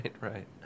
right